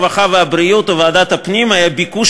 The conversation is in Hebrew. הרווחה והבריאות ולוועדת הפנים היה ביקוש